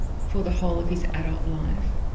for the whole of his adult life,